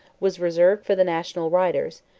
was reserved for the national writers,